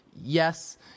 Yes